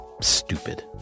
stupid